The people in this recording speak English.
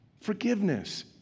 Forgiveness